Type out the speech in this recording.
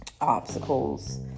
obstacles